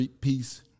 peace